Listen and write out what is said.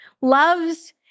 loves